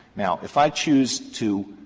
now, if i choose to